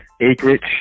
acreage